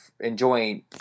enjoying